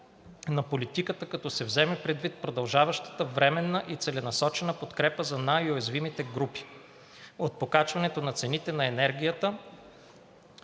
на политиката, като се вземе предвид продължаващата временна и целенасочена подкрепа за най-уязвимите групи от покачването на цените на енергията